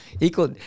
equal